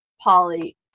Polly